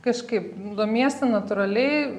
kažkaip domiesi natūraliai